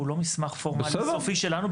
הוא לא מסמך פורמלי וסופי שלנו,